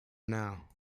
now